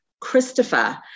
Christopher